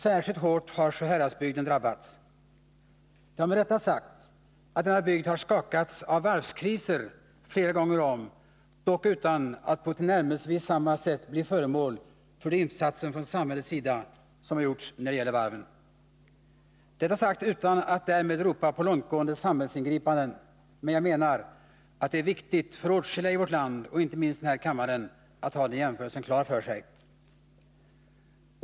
Särskilt hårt har Sjuhäradsbygden drabbats. Det har med rätta sagts att denna bygd har skakats av varvskriser flera gånger om, dock utan att de på tillnärmelsevis samma sätt blivit föremål för de insatser från samhällets sida som har gjorts när det gäller varven. Jag säger detta utan att därmed ropa på långtgående samhällsingripanden. Jag menar dock att det är viktigt att ha den jämförelsen klar för sig. Det gäller åtskilliga i vårt land och inte minst oss här i kammaren.